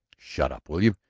shut up, will you?